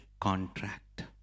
contract